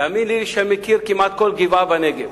תאמיני לי שאני מכיר כמעט כל גבעה בנגב.